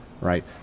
Right